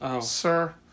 sir